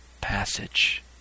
passage